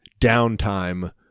downtime